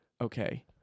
Okay